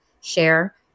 share